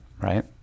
right